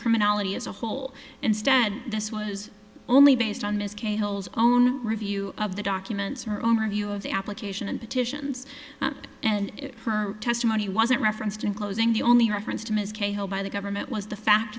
criminality as a whole instead this was only based on his cahill's own review of the documents her own review of the application and petitions and her testimony wasn't referenced in closing the only reference to ms cahill by the government was the fact